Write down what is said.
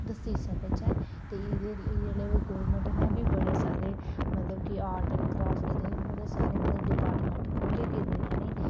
दस्सी सकचै ते एह्दे लेई गौरमेंट ने बी बड़े सारे मतलब कि आर्ट एण्ड क्राफ्ट दे बड़े सारे मतलब डिपार्टमेंट खोले गेदे न